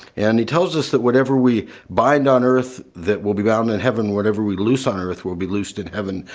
and it tells us that whatever we bind on earth that will be bound in heaven. whatever we loose on earth will be loosed in heaven.